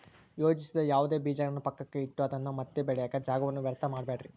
ಯೋಜಿಸದ ಯಾವುದೇ ಬೀಜಗಳನ್ನು ಪಕ್ಕಕ್ಕೆ ಇಟ್ಟು ಅದನ್ನ ಮತ್ತೆ ಬೆಳೆಯಾಕ ಜಾಗವನ್ನ ವ್ಯರ್ಥ ಮಾಡಬ್ಯಾಡ್ರಿ